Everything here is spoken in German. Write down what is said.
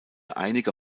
einige